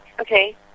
Okay